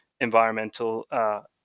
environmental